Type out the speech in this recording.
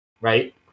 right